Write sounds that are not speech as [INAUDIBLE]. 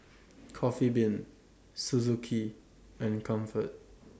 [NOISE] Coffee Bean Suzuki and Comfort